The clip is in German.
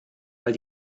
weil